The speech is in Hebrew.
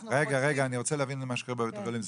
רגע, אני רוצה להבין מה שקורה בבית החולים.